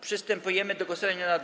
Przystępujemy do głosowania nad.